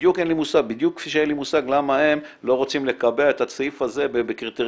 בדיוק כפי שאין לי מושג למה הם לא רוצים לקבע את הסעיף הזה בקריטריונים,